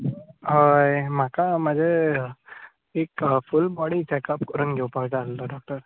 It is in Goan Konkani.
हय म्हाका म्हाजें एक फूल बॉडी चॅकप करून घेवपाक जाय आसलो डॉक्टर